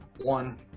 One